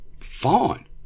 fine